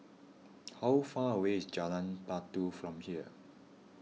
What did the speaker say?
how far away is Jalan Batu from here